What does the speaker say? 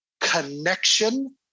connection